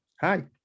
hi